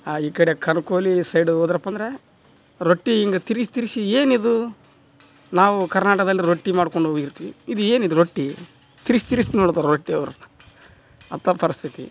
ಈ ಕಡೆ ಕರ್ಕೊಲಿ ಸೈಡು ಹೋದ್ರಪ್ಪ ಅಂದರೆ ರೊಟ್ಟಿ ಹಿಂಗ್ ತಿರ್ಗಿಸಿ ತಿರುಗಿಸಿ ಏನಿದು ನಾವು ಕರ್ನಾಟದಲ್ಲಿ ರೊಟ್ಟಿ ಮಾಡ್ಕೊಂಡು ಹೋಗಿರ್ತಿವಿ ಇದು ಏನಿದು ರೊಟ್ಟಿ ತಿರುಗಿಸಿ ತಿರುಗಿಸಿ ನೋಡ್ತಾರೆ ರೊಟ್ಟಿ ಅವರು ಅಂಥ ಪರಿಸ್ಥಿತಿ